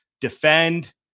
defend